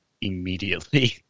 immediately